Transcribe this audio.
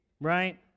right